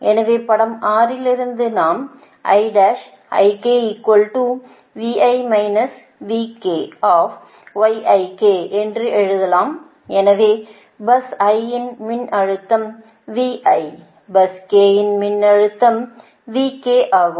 எனவே படம் 6 இலிருந்து நாம் என்று எழுதலாம் எனவே பஸ் i இன் மின்னழுத்தம் பஸ் k இன் மின்னழுத்தம் ஆகும்